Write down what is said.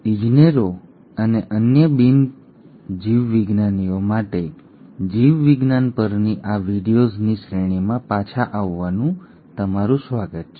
ઇજનેરો અને અન્ય બિન જીવવિજ્ઞાનીઓ માટે જીવવિજ્ઞાન પરની આ વિડિઓઝની શ્રેણીમાં પાછા આવવાનું અને તમારું સ્વાગત છે